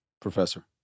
professor